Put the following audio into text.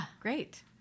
great